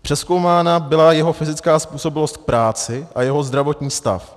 Přezkoumána byla jeho fyzická způsobilost k práci a jeho zdravotní stav.